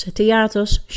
theaters